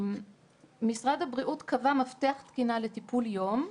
משרד הבריאות קבע מפתח תקינה לטיפול יום.